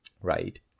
Right